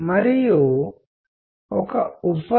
మరి ఒక నిర్దిష్ట మార్గంలో ఇది కోవర్ట్ కమ్యూనికేషన్ అవుతుంది